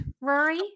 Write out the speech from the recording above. Rory